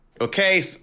okay